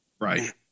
right